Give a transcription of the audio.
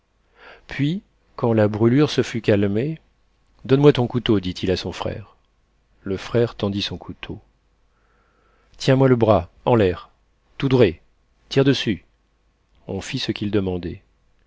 puis quand la brûlure se fut calmée donne-moi ton couteau dit-il à son frère le frère tendit son couteau tiens moi le bras en l'air tout drait tire dessus on fit ce qu'il demandait